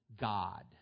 God